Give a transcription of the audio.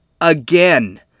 again